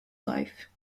life